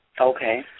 Okay